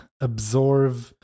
absorb